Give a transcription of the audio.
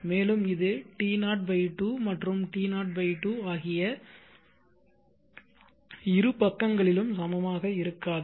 மேலும் இது T0 2 மற்றும் T0 2 ஆகிய இரு பக்கங்களிலும் சமமாக இருக்காது